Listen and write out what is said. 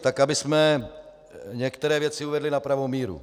Tak abychom některé věci uvedli na pravou míru.